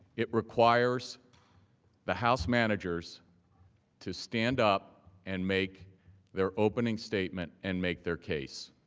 it requires the house managers to stand up and make their opening statement and make their case.